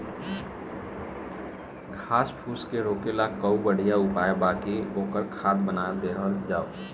घास फूस के रोकले कअ बढ़िया उपाय बा कि ओकर खाद बना देहल जाओ